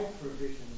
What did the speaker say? provisions